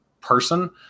person